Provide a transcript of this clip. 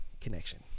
connection